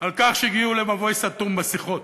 על כך שהם הגיעו למבוי סתום בשיחות.